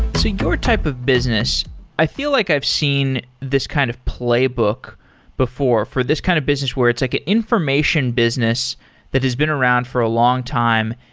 your type of business, i feel like i've seen this kind of playbook before for this kind of business where it's like an information business that has been around for a long time.